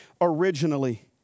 originally